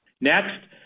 Next